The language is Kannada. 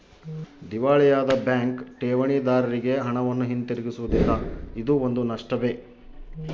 ದಿವಾಳಿಯಾದ ಬ್ಯಾಂಕ್ ಠೇವಣಿದಾರ್ರಿಗೆ ಹಣವನ್ನು ಹಿಂತಿರುಗಿಸುವುದಿಲ್ಲ ಇದೂ ಒಂದು ನಷ್ಟವೇ